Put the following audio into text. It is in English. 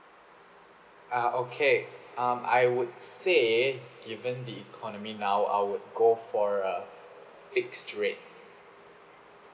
uh okay um I would say given the economy now I would go for uh fixed rate